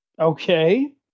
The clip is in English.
Okay